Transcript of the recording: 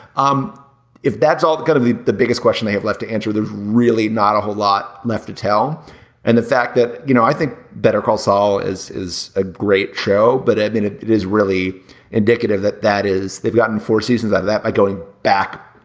um if that's all going to be the biggest question they have left to answer there's really not a whole lot left to tell and the fact that you know i think better call saul is is a great show. but i mean it it is really indicative that that is they've gotten four seasons out of that by going back.